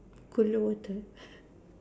cooler water